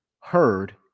heard